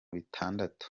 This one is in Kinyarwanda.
bitandatu